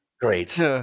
Great